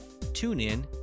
TuneIn